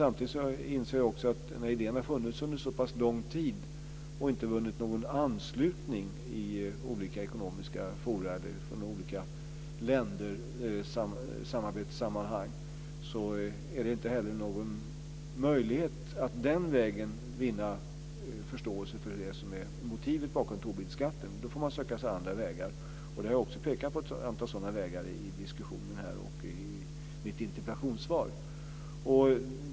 Samtidigt inser jag också att när idén har funnits under så pass lång tid och inte vunnit någon anslutning i olika ekonomiska forum och samarbetssammanhang finns det inte heller någon möjlighet att den vägen vinna förståelse för det som är motivet bakom Tobinskatten. Då får man söka sig andra vägar. Jag har pekat på ett antal sådana vägar i diskussionen här och i mitt interpellationssvar.